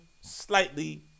slightly